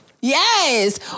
Yes